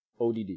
ODD